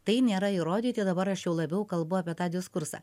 tai nėra įrodyti dabar aš jau labiau kalbu apie tą diskursą